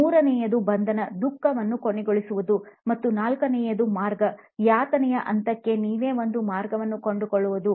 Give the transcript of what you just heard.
ಮೂರನೆಯದು "ಬಂಧನ" ದುಃಖವನ್ನು ಕೊನೆಗೊಳಿಸುವುದು ಮತ್ತು ನಾಲ್ಕನೆಯದು "ಮಾರ್ಗ" ಯಾತನೆಯ ಅಂತ್ಯಕ್ಕೆ ನೀವೇ ಒಂದು ಮಾರ್ಗವನ್ನುಕಂಡುಕೊಳ್ಳುವುದು